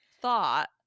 Thought